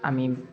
আমি